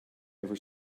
ever